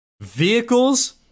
...vehicles